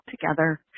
together